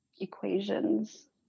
equations